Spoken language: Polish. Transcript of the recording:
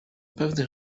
pewnych